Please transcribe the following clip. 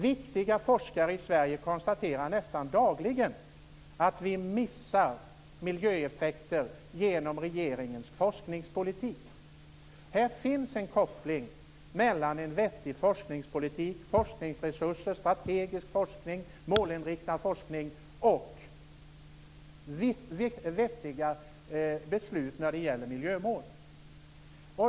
Viktiga forskare konstaterar nästan dagligen att vi missar miljöeffekter genom regeringens forskningspolitik. Det finns en koppling mellan en vettig forskningspolitik, forskningsresurser, strategisk forskning, målinriktad forskning och vettiga beslut när det gäller miljömål.